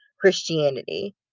Christianity